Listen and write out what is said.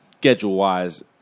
schedule-wise